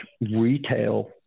retail